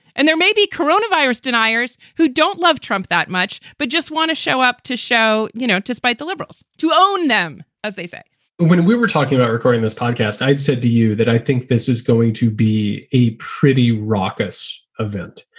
and there may be corona virus deniers who don't love trump that much, but just want to show up to show, you know, despite the liberals to own them, as they say but when we were talking about recording this podcast, i said to you that i think this is going to be a pretty raucous event,